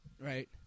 Right